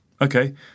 Okay